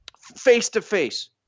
face-to-face